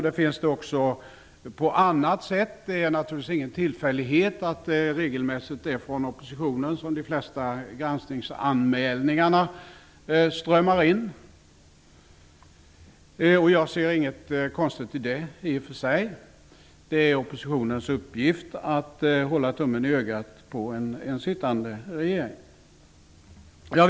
Det är naturligtvis ingen tillfällighet att det regelmässigt är från oppositionen som de flesta granskningsanmälningar strömmar in. Jag ser inget konstigt i det i och för sig. Det är oppositionens uppgift att hålla tummen i ögat på en sittande regering.